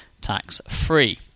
tax-free